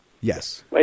Yes